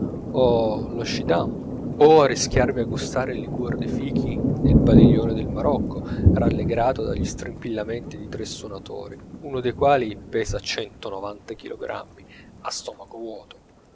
o lo scidam o arrischiarvi a gustare il liquor di fichi nel padiglione del marocco rallegrato dagli strimpellamenti di tre suonatori uno dei quali pesa centonovanta chilogrammi a stomaco vuoto